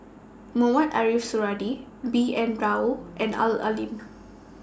Mohamed Ariff Suradi B N Rao and Al Lim